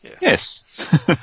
Yes